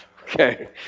Okay